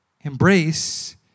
Embrace